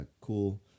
cool